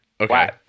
Okay